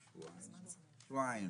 שבועיים.